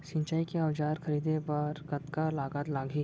सिंचाई के औजार खरीदे बर कतका लागत लागही?